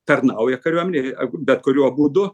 tarnauja kariuomenėj bet kuriuo būdu